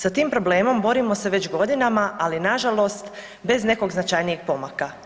Sa tim problemom borimo se već godinama, ali nažalost bez nekog značajnijeg pomaka.